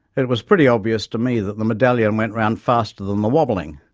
it was pretty obvious to me that the medallion went around faster than the wobbling.